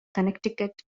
connecticut